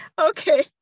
Okay